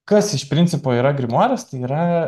kas iš principo yra grimuaras tai yra